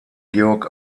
georg